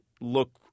look –